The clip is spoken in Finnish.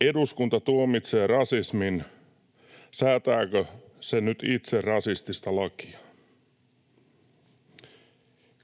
”Eduskunta tuomitsee rasismin. Säätääkö se itse nyt rasistista lakia?”